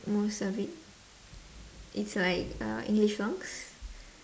most of it it's like uh english songs